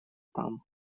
там